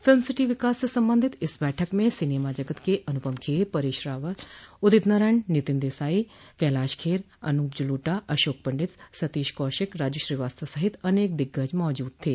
film city विकास से संबंधित इस बैठक में सिनेमा जगत के अनुपम खेर परेश रावल उदित नारायण नितिन देसाई कैलाश खेर अनूप जलोटा अशोक पंडित सतीश कौशिक राजू श्रीवास्तव सहित अनेक दिग्गज मौजूद थे